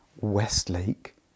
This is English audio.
Westlake